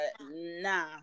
nah